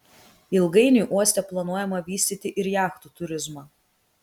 ilgainiui uoste planuojama vystyti ir jachtų turizmą